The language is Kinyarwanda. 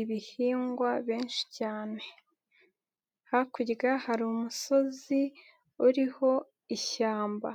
ibihingwa benshi cyane. Hakurya hari umusozi uriho ishyamba.